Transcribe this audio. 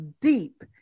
deep